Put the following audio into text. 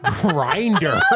grinder